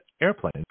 airplanes